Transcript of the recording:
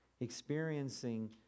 experiencing